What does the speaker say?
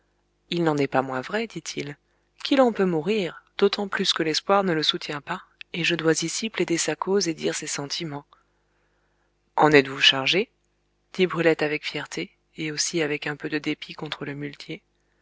il n'en est pas moins vrai dit-il qu'il en peut mourir d'autant plus que l'espoir ne le soutient pas et je dois ici plaider sa cause et dire ses sentiments en êtes-vous chargé dit brulette avec fierté et aussi avec un peu de dépit contre le muletier